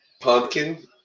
pumpkin